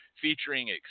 featuring